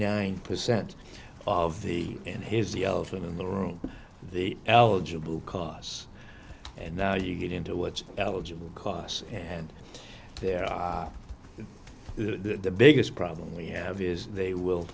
nine percent of the and here's the elephant in the room the eligible costs and now you get into what's eligible costs and there are the biggest problem we have is they will